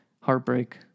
heartbreak